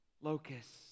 locust